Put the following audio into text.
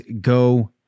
go